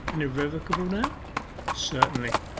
and irrevocable now certainly,